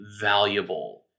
valuable